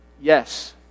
yes